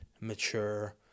mature